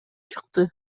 чыкты